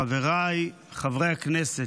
חבריי חברי הכנסת,